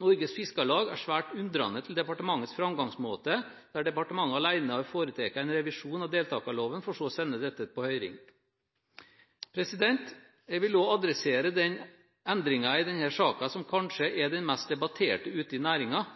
«Norges Fiskarlag er svært undrende til departementets fremgangsmåte hvor departementet alene har foretatt en revisjon av deltakerloven for så å sende denne til høring.» Jeg vil også adressere den endringen i denne saken som kanskje er den mest debatterte ute i